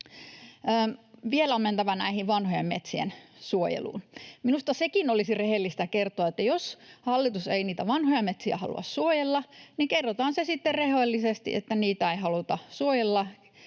Vielä on mentävä näiden vanhojen metsien suojeluun. Minusta sekin olisi rehellistä kertoa, että jos hallitus ei niitä vanhoja metsiä halua suojella, niin kerrotaan se sitten rehellisesti, että niitä ei haluta suojella.